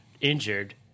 injured